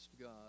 God